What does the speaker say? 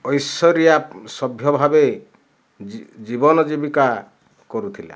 ଐଶ୍ୱରୀୟ ସଭ୍ୟ ଭାବେ ଜୀବନ ଜୀବିକା କରୁଥିଲା